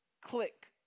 click